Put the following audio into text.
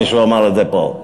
מישהו אמר את זה פה.